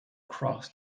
cross